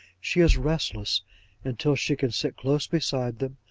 she is restless until she can sit close beside them,